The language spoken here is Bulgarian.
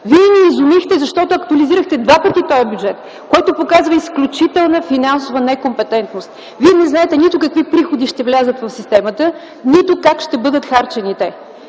Вие ни изумихте, защото два пъти актуализирахте този бюджет, което показва изключителна финансова некомпетентност. Вие не знаете нито какви приходи ще влязат в системата, нито как ще бъдат харчени те.